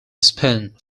spent